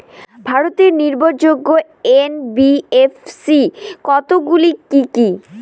ভারতের নির্ভরযোগ্য এন.বি.এফ.সি কতগুলি কি কি?